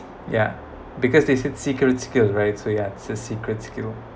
ya because they said secret skills right so ya it's a secret skill